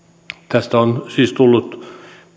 tästä on siis tullut